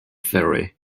theory